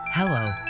Hello